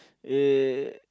uh